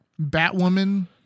Batwoman